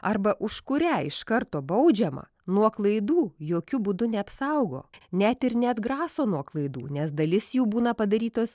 arba už kurią iš karto baudžiama nuo klaidų jokiu būdu neapsaugo net ir neatgraso nuo klaidų nes dalis jų būna padarytos